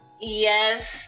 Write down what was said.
yes